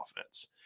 offense